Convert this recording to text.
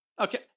Okay